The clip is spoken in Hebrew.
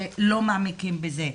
לא מעמיקים בזה.